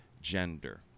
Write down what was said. gender